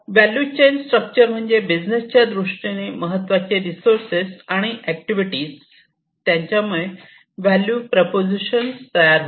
value chain structure म्हणजे बिझनेसच्या दृष्टीने महत्त्वाचे रिसोर्सेस आणि ऍक्टिव्हिटीज त्यांच्यामुळे व्हॅल्यू प्रोपोझिशन तयार होते